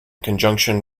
conjunction